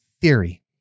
theory